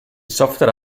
software